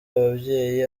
ababyeyi